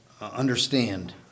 understand